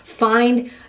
find